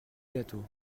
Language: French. gâteau